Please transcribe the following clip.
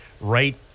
right